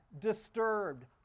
disturbed